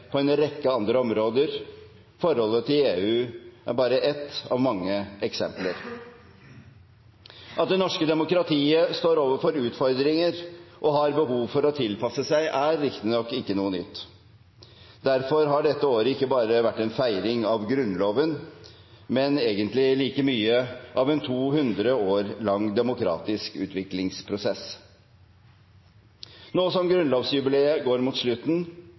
på en rekke andre områder. Forholdet til EU er bare ett av mange eksempler. At det norske demokratiet står overfor utfordringer og har behov for å tilpasse seg, er riktignok ikke noe nytt. Derfor har dette året ikke bare vært en feiring av Grunnloven, men egentlig like mye en feiring av en 200 år lang demokratisk utviklingsprosess. Nå som grunnlovsjubileet går mot slutten,